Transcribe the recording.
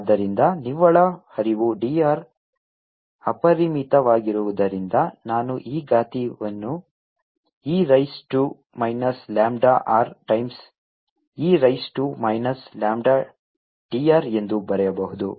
ಆದ್ದರಿಂದ ನಿವ್ವಳ ಹರಿವು d r ಅಪರಿಮಿತವಾಗಿರುವುದರಿಂದ ನಾನು ಈ ಘಾತೀಯವನ್ನು E raise to minus lambda r times e raise to minus lambda d r ಎಂದು ಬರೆಯಬಹುದು